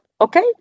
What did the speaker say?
okay